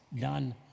done